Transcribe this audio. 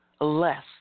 less